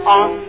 on